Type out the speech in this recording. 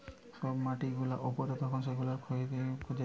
সব মাটি গুলা উপর তখন যেগুলা ক্ষয়ে যাতিছে